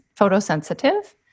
photosensitive